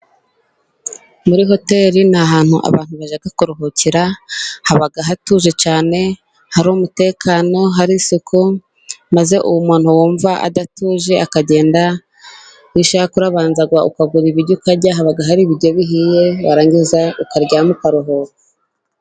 Muri hoteri ni ahantu abantu bashaka kuruhukira haba hatuje cyane, hari umutekano, hari isuku, maze uwo umuntu wumva adatuje akagenda, iyo ushaka urabanzag ukagura ibiryo ukarya haba hari ibiryo bihiye, warangiza ukaryama ukaruhuka.